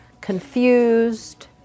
confused